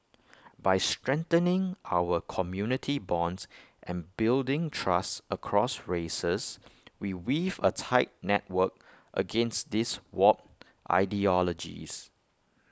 by strengthening our community bonds and building trust across races we weave A tight network against these warped ideologies